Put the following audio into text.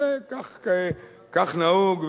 זה כך נהוג,